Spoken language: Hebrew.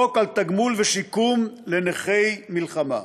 חוק על תגמול ושיקום לנכי מלחמה".